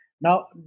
Now